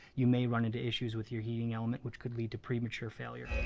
you may run into issues with your heating element, which could lead to premature failure.